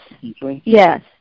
yes